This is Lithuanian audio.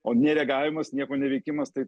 o nereagavimas nieko neveikimas tai